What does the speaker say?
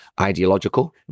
ideological